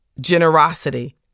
Generosity